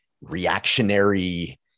reactionary